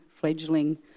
fledgling